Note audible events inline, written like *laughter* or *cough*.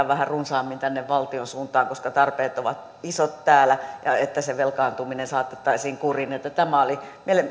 *unintelligible* vähän runsaammin tänne valtion suuntaan voisi näinä aikoina harkita koska tarpeet ovat isot täällä niin että se velkaantuminen saatettaisiin kuriin tämä oli